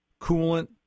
coolant